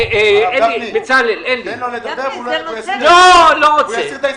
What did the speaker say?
בצלאל, תוריד את זה.